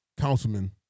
Councilman